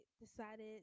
decided